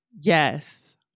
Yes